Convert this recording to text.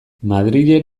madrilen